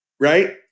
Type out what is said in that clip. Right